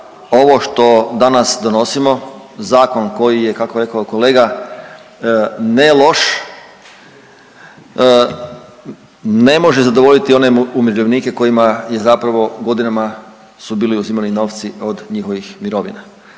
ovo što danas donosimo, zakon koji je, kako je rekao kolega, neloš, ne može zadovoljiti one umirovljenike kojima je zapravo godinama su bili uzimani novci od njihovih mirovina.